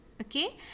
okay